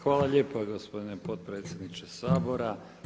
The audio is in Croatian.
Hvala lijepo gospodine potpredsjedniče Sabora.